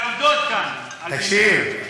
תקשיב.